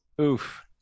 Oof